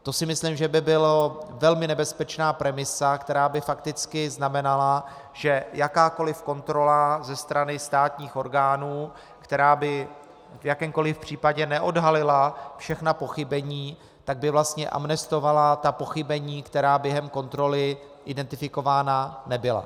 To si myslím, že by byla velmi nebezpečná premisa, která by fakticky znamenala, že jakákoliv kontrola ze strany státních orgánů, která by v jakémkoliv případě neodhalila všechna pochybení, by vlastně amnestovala ta pochybení, která během kontroly identifikována nebyla.